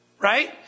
right